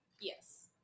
Yes